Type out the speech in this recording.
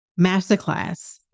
masterclass